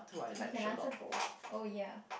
we can answer both oh ya